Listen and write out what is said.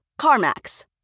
CarMax